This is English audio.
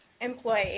employee